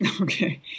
Okay